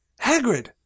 hagrid